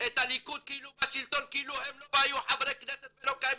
הליכוד כאילו הם לא היו חברי כנסת ולא קיימים,